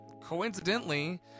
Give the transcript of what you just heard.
coincidentally